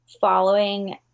following